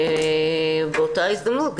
באותה הזדמנות,